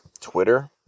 Twitter